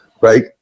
right